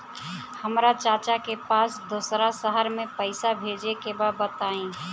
हमरा चाचा के पास दोसरा शहर में पईसा भेजे के बा बताई?